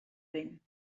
vent